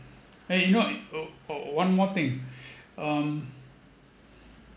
and you know oh oh one more thing um